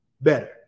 better